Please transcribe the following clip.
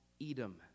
Edom